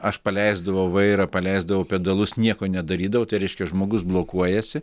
aš paleisdavau vairą paleisdavau pedalus nieko nedarydavau tai reiškia žmogus blokuojasi